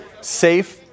safe